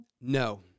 No